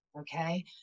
Okay